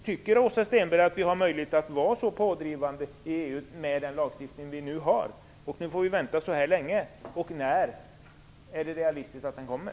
Tycker Åsa Stenberg att vi har möjlighet att vara tillräckligt pådrivande i EU med den lagstiftning vi nu har, så att vi kan vänta så här länge? Och när är det realistiskt att vänta sig att den nya kommer?